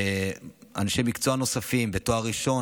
אנשי מקצוע נוספים ותואר ראשון,